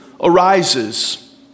arises